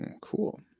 Cool